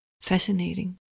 Fascinating